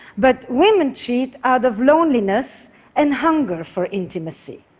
but women cheat out of loneliness and hunger for intimacy?